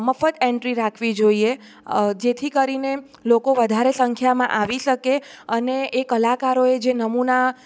મફત એન્ટ્રી રાખવી જોઈએ જેથી કરીને લોકો વધારે સંખ્યામાં આવી શકે અને એક કલાકારોએ જે નમૂના